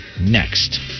next